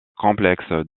complexes